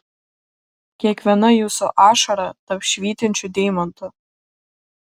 kiekviena jūsų ašara taps švytinčiu deimantu